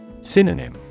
Synonym